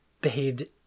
behaved